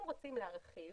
אם רוצים להרחיב,